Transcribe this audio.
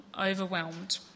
overwhelmed